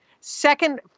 Second